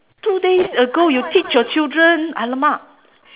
two days ago you teach your children !alamak!